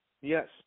Yes